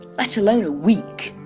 let alone a week.